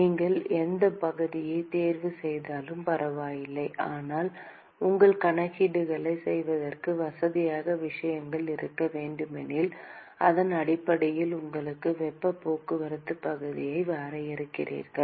நீங்கள் எந்தப் பகுதியைத் தேர்வு செய்தாலும் பரவாயில்லை ஆனால் உங்கள் கணக்கீடுகளைச் செய்வதற்கு வசதியாக விஷயங்கள் இருக்க வேண்டுமெனில் அதன் அடிப்படையில் உங்கள் வெப்பப் போக்குவரத்துப் பகுதியை வரையறுக்கிறீர்கள்